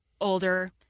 older